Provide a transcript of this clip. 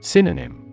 Synonym